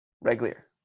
regular